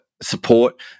support